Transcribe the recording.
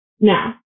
Now